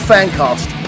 Fancast